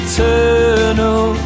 Eternal